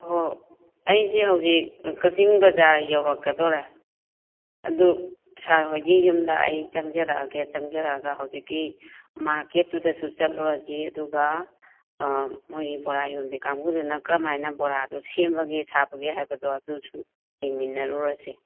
ꯍꯣ ꯑꯩꯁꯤ ꯍꯧꯖꯤꯛ ꯀꯛꯆꯤꯡ ꯕꯖꯥꯔ ꯌꯧꯔꯛꯀꯗꯧꯔꯦ ꯑꯗꯨ ꯁꯥꯔ ꯍꯣꯏꯒꯤ ꯌꯨꯝꯗ ꯑꯩ ꯆꯪꯖꯔꯛꯑꯒꯦ ꯆꯪꯖꯔꯛꯑꯒ ꯍꯧꯖꯤꯛꯀꯤ ꯃꯥꯔꯀꯦꯠꯇꯨꯗꯁꯨ ꯆꯠꯂꯨꯔꯁꯤ ꯑꯗꯨꯒ ꯃꯣꯏꯒꯤ ꯕꯣꯔꯥ ꯌꯣꯟꯕꯤ ꯀꯥꯡꯕꯨꯗꯨꯅ ꯀꯔꯝ ꯍꯥꯏꯅ ꯕꯣꯔꯥꯗꯨ ꯁꯦꯝꯕꯒꯦ ꯁꯥꯕꯒꯦ ꯍꯥꯏꯕꯗꯣ ꯑꯗꯨꯁꯨ ꯌꯦꯡꯃꯤꯟꯅꯔꯨꯔꯁꯤ